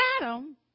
Adam